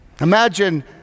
Imagine